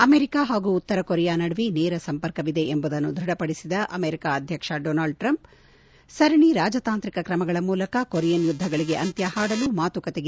America ಹಾಗೂ ಉತ್ತರ Korea ನಡುವೆ ನೇರ ಸಂಪರ್ಕವಿದೆ ಎಂಬುದನ್ನು ದ್ವಢಪಡಿಸಿದ ಅಮೆರಿಕಾ ಅಧ್ಯಕ್ಷ ಡೊನಾಲ್ಡ್ ಟ್ರಂಪ್ ಸರಣಿ ರಾಜತಾಂತ್ರಿಕ ಕ್ರಮಗಳ ಮೂಲಕ ಕೊರಿಯನ್ ಯುದ್ದಗಳಿಗೆ ಅಂತ್ಯ ಹಾಡಲು ಮಾತುಕತೆಗೆ ಸಮ್ಮತಿ